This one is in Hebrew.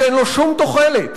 שאין לו שום תוחלת,